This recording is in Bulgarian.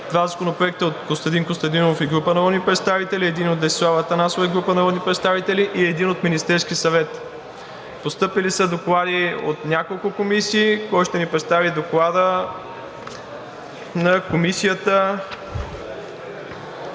два законопроекта от Костадин Костадинов и група народни представители, един от Десислава Атанасова и група народни представители и един от Министерския съвет. Постъпили са доклади от няколко комисии. Кой ще ни представи Доклада на Комисията